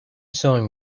sewing